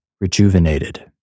rejuvenated